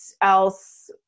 else